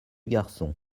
garçon